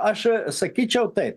aš sakyčiau taip